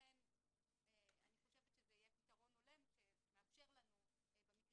לכן אני חושבת שזה יהיה פתרון הולם שיאפשר לנו במקרים